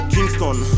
Kingston